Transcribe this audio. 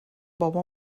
بابا